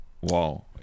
Wow